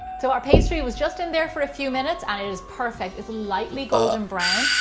so our pastry was just in there for a few minutes, and it is perfect. it's lightly golden brown,